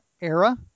era